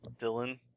Dylan